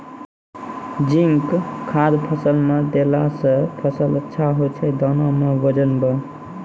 zinc खाद फ़सल मे देला से फ़सल अच्छा होय छै दाना मे वजन ब